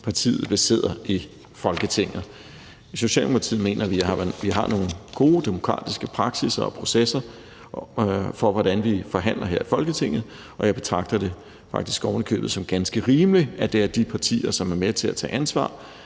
partiet besidder i Folketinget. I Socialdemokratiet mener vi, at man har nogle gode demokratiske praksisser og processer for, hvordan man forhandler her i Folketinget, og jeg betragter det faktisk ovenikøbet som ganske rimeligt, at det er de partier, som er med til at tage ansvar